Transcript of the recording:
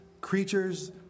creatures